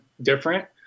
different